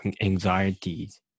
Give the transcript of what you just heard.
anxieties